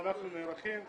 אנחנו נערכים.